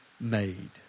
made